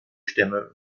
stämme